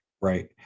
right